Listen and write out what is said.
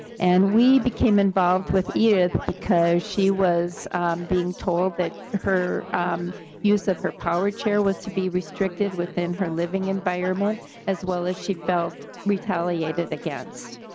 and we became involved with edith because she was being told that her use of her power chair was to be restricted within her living environment as well as she felt retaliated against.